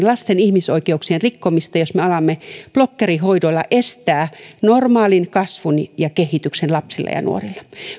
lasten ihmisoikeuksien rikkomista jos me alamme blokkerihoidoilla estämään normaalin kasvun ja kehityksen lapsilla ja nuorilla